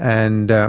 and